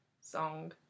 song